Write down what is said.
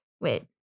Wait